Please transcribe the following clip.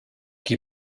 qui